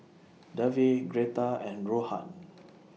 Davey Gretta and Rohan